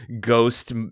ghost